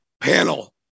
Panel